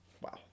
Wow